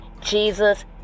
Jesus